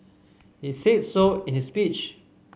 he said so in his speech